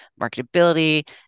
marketability